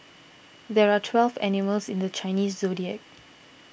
there are twelve animals in the Chinese zodiac